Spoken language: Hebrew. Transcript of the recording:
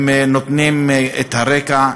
הם נותנים את הרקע,